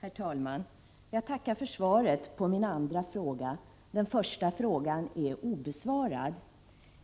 Herr talman! Jag tackar för svaret på min andra fråga — den första frågan är obesvarad.